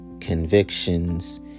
convictions